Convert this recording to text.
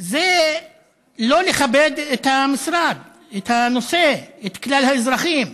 זה לא לכבד את המשרד, את הנושא, את כלל האזרחים.